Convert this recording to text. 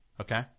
okay